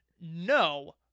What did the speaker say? No